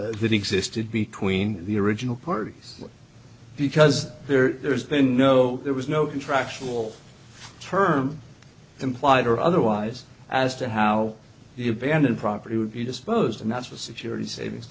that existed between the original parties because there's been no there was no contractual term implied or otherwise as to how the abandoned property would be disposed and that's a security savings